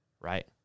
right